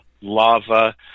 lava